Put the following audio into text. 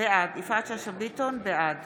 בעד